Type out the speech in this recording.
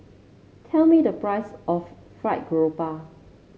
tell me the price of fried grouper